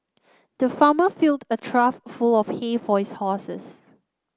the farmer filled a trough full of hay for his horses